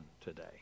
today